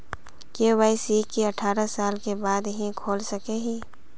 KYC की अठारह साल के बाद ही खोल सके हिये?